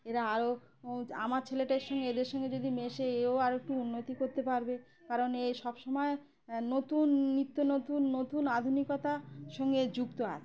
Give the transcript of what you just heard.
এরা আরও আমার ছেলেটা এর সঙ্গে এদের সঙ্গে যদি মেশে এও আর একটু উন্নতি করতে পারবে কারণ এ সবসময় নতুন নিত্য নতুন নতুন আধুনিকতার সঙ্গে এ যুক্ত আছে